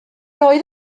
oedd